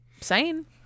sane